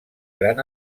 gran